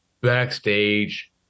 backstage